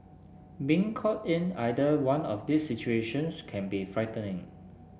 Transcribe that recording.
being caught in either one of these situations can be frightening